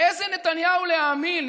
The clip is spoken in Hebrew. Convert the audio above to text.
לאיזה נתניהו להאמין,